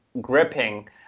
gripping